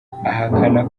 ahakana